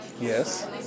yes